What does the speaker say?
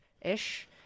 Ish